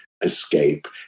escape